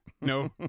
No